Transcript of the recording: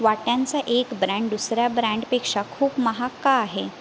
वाट्यांचा एक ब्रँड दुसऱ्या ब्रँडपेक्षा खूप महाग का आहे